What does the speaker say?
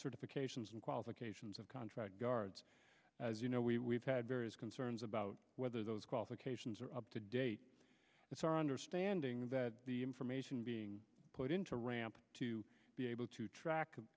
certifications and qualifications of contract guards as you know we we've had various concerns about whether those qualifications are up to date it's our understanding that the information being put in to ramp to be able to track